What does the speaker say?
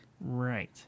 Right